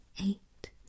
eight